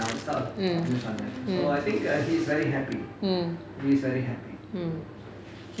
mm mm mm mm